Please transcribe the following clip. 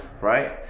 right